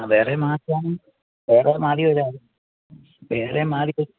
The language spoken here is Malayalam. ആ വേറെ മാറ്റാനും വേറെ മാറിവരാനും വേറെ മാറി